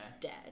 dead